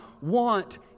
want